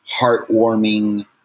heartwarming